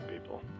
people